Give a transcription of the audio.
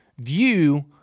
view